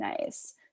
nice